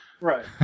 Right